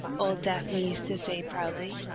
old daphne used to say, proudly.